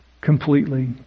completely